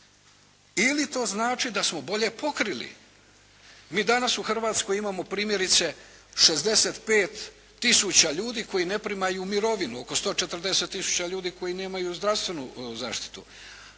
Ili to znači da smo bolje pokrili? Mi danas u Hrvatskoj imamo primjerice 65 tisuća ljudi koji ne primaju mirovinu, oko 140 tisuća ljudi koji nemaju zdravstvenu zaštitu,